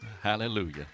hallelujah